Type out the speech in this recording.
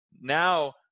now